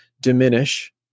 diminish